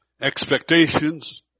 Expectations